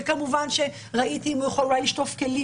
וכמובן אחרי שראיתי שאולי הוא יכול לשטוף כלים